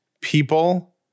people